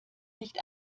nicht